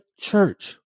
church